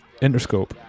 Interscope